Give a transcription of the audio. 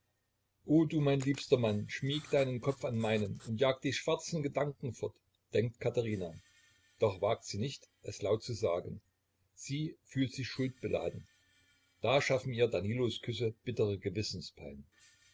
o du mein liebster mann schmieg deinen kopf an meinen und jag die schwarzen gedanken fort denkt katherina doch wagt sie nicht es laut zu sagen sie fühlt sich schuldbeladen da schaffen ihr danilos küsse bittre